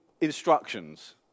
instructions